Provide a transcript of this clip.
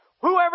Whoever